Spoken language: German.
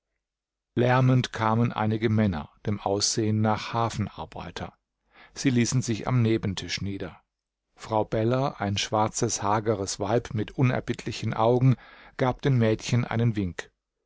lärmend kamen einige männer dem aussehen nach hafenarbeiter sie ließen sich am nebentisch nieder frau beller ein schwarzes hageres weib mit unerbittlichen augen gab den mädchen einen wink